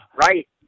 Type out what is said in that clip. Right